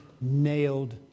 nailed